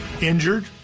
Injured